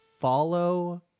follow